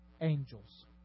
angels